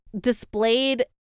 displayed